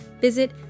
visit